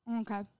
Okay